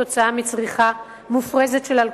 היקף צריכתו והרעות החולות שבאות כתוצאה מצריכה מופרזת שלו.